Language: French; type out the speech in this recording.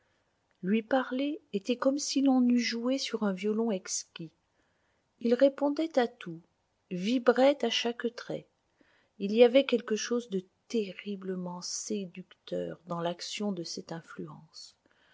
lui parler était comme si l'on eût joué sur un violon exquis il répondait à tout vibrait à chaque trait il y avait quelque chose de terriblement séducteur dans l'action de cette influence